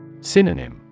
Synonym